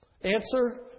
Answer